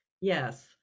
yes